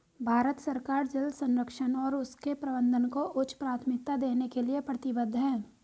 भारत सरकार जल संरक्षण और उसके प्रबंधन को उच्च प्राथमिकता देने के लिए प्रतिबद्ध है